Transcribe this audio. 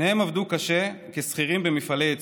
שניהם עבדו קשה כשכירים במפעלי ייצור.